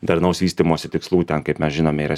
darnaus vystymosi tikslų ten kaip mes žinome yra